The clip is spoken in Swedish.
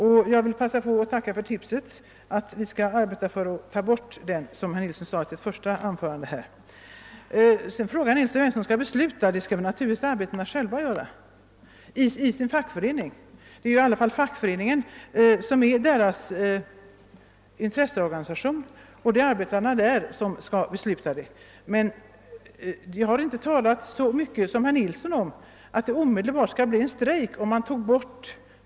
Jag vill passa på att tacka för det tips herr Nilsson gav i sitt första anförande om att vi bör arbeta för att få bort den vetorätten ur LO:s stadgar. Herr Nilsson frågade vem som skall besluta om strejk. Det skall arbetarna själva göra i sin berörda fackförening. Fackföreningen är deras intresseorganisation, och det är där beslut om strejk skall ske för dem det berör. Jag vill tillägga att det mest är fer r Nilsson som talar om att det omedelbart skulle bli strejk om 4 8 togs :bort.